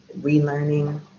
relearning